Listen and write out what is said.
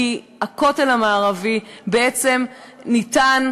כי הכותל המערבי בעצם ניתן,